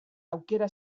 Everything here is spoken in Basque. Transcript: aukera